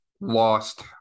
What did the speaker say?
lost